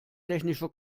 technischer